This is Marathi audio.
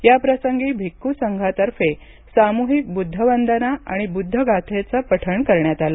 याप्रसंगी भिक्खू संघातर्फे सामूहिक बुद्ध वंदना आणि बुद्ध गाथेचे पठण करण्यात आलं